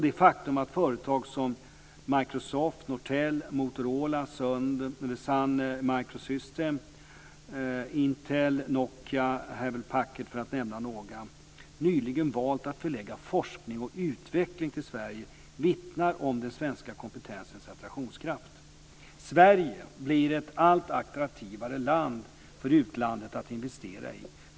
Det faktum att företag som Microsoft, Hewlett Packard, för att nämna några, nyligen valt att förlägga forskning och utveckling till Sverige vittnar om den svenska kompetensens attraktionskraft. Sverige blir ett allt attraktivare land att investera i för utlandet.